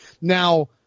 Now